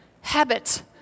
habit